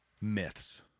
myths